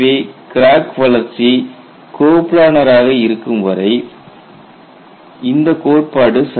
எனவே கிராக் வளர்ச்சி கோப்லானார் ஆக இருக்கும் வரை இந்த கோட்பாடு சரி ஆகும்